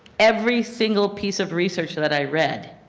every single piece of research that i read,